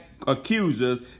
accusers